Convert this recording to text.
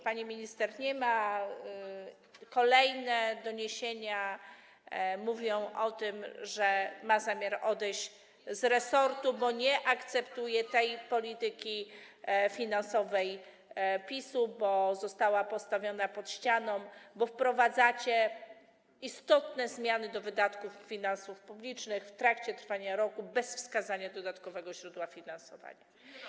Pani minister nie ma, kolejne doniesienia mówią o tym, że ma zamiar odejść z resortu, bo nie akceptuje tej polityki finansowej PiS-u, jako że została postawiona pod ścianą, wprowadzacie bowiem istotne zmiany do wydatków finansów publicznych w trakcie trwania roku, bez wskazania dodatkowego źródła finansowania.